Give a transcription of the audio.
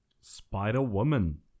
Spider-Woman